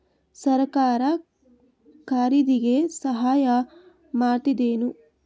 ಸರಕಾರ ಖರೀದಿಗೆ ಸಹಾಯ ಮಾಡ್ತದೇನು?